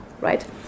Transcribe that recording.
right